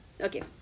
Okay